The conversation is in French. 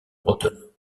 bretonne